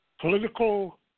political